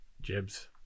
jibs